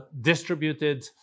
distributed